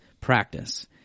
practice